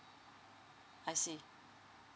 I see